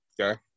Okay